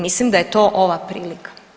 Mislim da je to ova prilika.